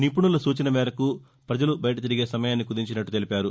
నిపుణల సూచనల మేరకు ప్రజలు బయట తిరిగే సమయాన్ని కుదించినట్టు తెలిపారు